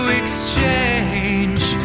exchange